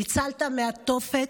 ניצלת מהתופת,